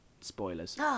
Spoilers